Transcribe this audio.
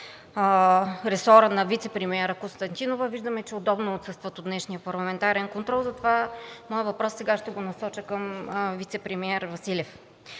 ресора на вицепремиера Константинова. Виждаме, че удобно отсъстват от днешния парламентарен контрол, затова моят въпрос сега ще го насоча към вицепремиера Василев.